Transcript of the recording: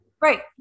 Right